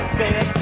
baby